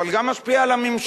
אבל גם משפיע על הממשל,